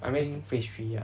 I mean phase three ya